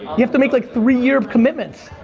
you have to make like three year commitments.